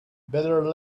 better